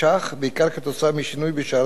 בעיקר כתוצאה משינוי בשערי הריבית